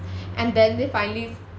and then they finally